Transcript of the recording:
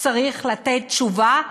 צריך לתת תשובה.